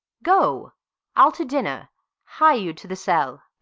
go i'll to dinner hie you to the cell.